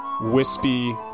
wispy